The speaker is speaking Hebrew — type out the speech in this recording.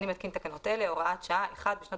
אני מתקין תקנות אלה: הוראת שעה בשנות